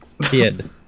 kid